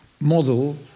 model